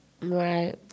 Right